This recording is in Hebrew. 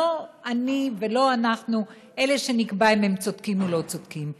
לא אני ולא אנחנו אלה שנקבע אם הם צודקים או לא צודקים.